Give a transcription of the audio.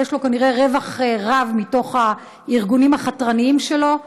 יש לו כנראה רווח רב מתוך הארגונים החתרניים שלו,